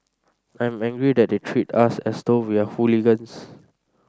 I'm angry that they treat us as though we are hooligans